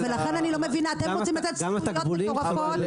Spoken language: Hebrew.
לכן אני לא מבינה, אתם רוצים לתת זכויות מטורפות.